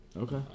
Okay